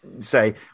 say